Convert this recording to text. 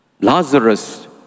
Lazarus